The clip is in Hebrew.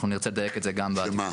אנחנו נרצה לדייק את זה גם בנוסח.